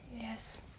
Yes